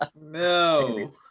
no